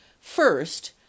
first